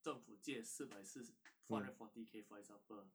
政府借四百四十 four hundred and forty K for example